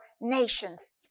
nations